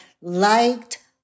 liked